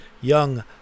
young